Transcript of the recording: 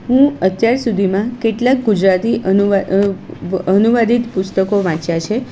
હું અત્યાર સુધીમાં કેટલાંક ગુજરાતી અનુવા અનુવાદિત પુસ્તકો વાંચ્યા છે